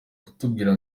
kutubwira